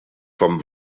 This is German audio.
vom